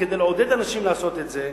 כדי לעודד אנשים לעשות את זה,